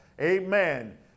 Amen